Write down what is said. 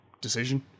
decision